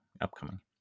upcoming